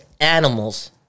animals